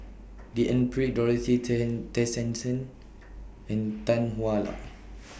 D N Pritt Dorothy Tessensohn and Tan Hwa Luck